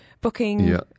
booking